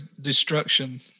destruction